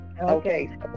Okay